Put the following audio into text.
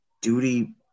duty